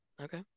okay